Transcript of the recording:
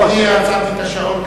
עצרתי את השעון,